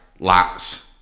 lats